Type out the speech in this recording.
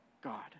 God